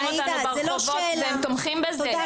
הם רוצחים אותנו ברחובות והם תומכים בזה.